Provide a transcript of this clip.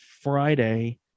Friday